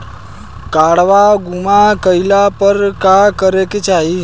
काडवा गुमा गइला पर का करेके चाहीं?